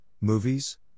movies